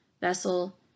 vessel